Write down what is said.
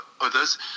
others